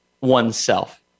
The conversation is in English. oneself